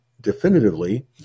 definitively